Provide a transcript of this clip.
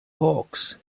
hawks